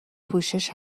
پوشش